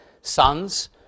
sons